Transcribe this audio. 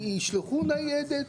אז תכף נדבר על זה.